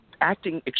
acting